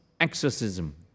Exorcism